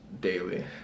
Daily